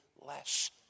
less